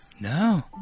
No